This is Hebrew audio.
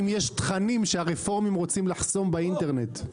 השאלה אם יש תכנים שהרפורמים רוצים לחסום באינטרנט?